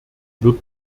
wird